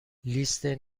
لیست